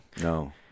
No